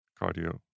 cardio